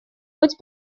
быть